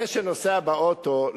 זה שנוסע באוטו,